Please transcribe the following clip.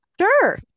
Sure